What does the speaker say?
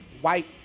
white